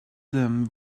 them